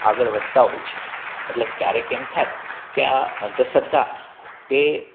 આગળ વધતાં હોય છે એટલે ક્યારે એમ થાય કે આ અંધશ્રદ્ધા એ